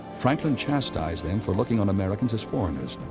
franklin chastised them for looking on americans as foreigners,